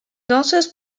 danseuse